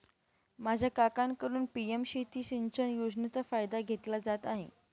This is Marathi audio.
माझा काकांकडून पी.एम शेती सिंचन योजनेचा फायदा घेतला जात आहे